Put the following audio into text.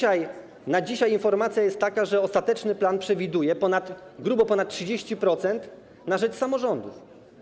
Na dzisiaj informacja jest taka, że ostateczny plan przewiduje grubo ponad 30% na rzecz samorządów.